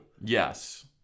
Yes